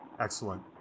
Excellent